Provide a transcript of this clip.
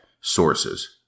sources